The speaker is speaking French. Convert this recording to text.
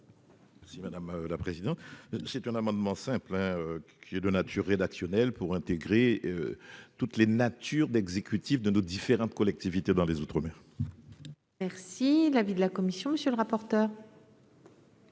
Si madame la présidente, c'est un amendement simple hein, qui est de nature rédactionnelle pour intégrer toutes les natures d'exécutif de nos différentes collectivités dans les outre-mer. Merci l'avis de la commission, monsieur le rapporteur.